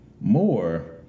more